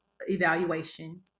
evaluation